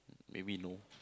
maybe no